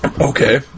Okay